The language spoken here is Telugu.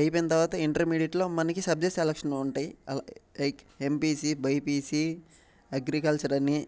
అయిపోయిన తర్వాత ఇంటర్మీడెట్లో మనకి సబ్జెక్ట్ సెలెక్షన్ ఉంటాయి అలా లైక్ ఎంపీసీ బైపీసీ అగ్రికల్చర్ అని